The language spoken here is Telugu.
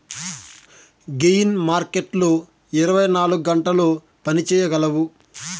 గెయిన్ మార్కెట్లు ఇరవై నాలుగు గంటలు పని చేయగలవు